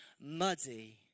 muddy